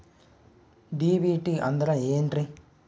DBT ಅಂದ್ರ ಏನ್ರಿ?